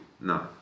No